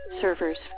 servers